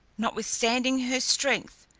notwithstanding her strength,